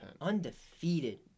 Undefeated